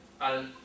al